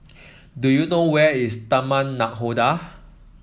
do you know where is Taman Nakhoda